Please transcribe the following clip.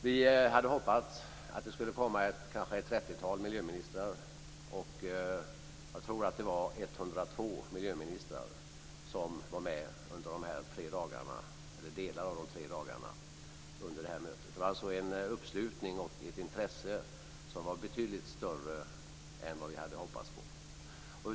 Vi hade hoppats att det skulle komma ett trettiotal miljöministrar. Jag tror att det var 102 miljöministrar som var med under mötets tre dagar eller delar av dem. Det var alltså en uppslutning och ett intresse som var betydligt större än vad vi hade hoppats på.